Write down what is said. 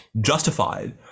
justified